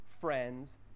friends